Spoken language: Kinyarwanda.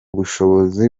bushobozi